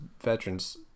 veterans